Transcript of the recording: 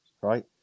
right